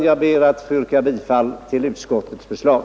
Jag ber att få yrka bifall till utskottets förslag.